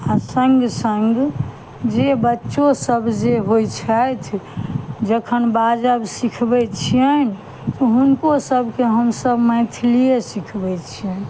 आ सङ्ग सङ्ग जे बच्चो सब जे होइ छथि जखन बाजब सिखबै छियनि हुनको सबके हमसब मैथिलीए सिखबै छियनि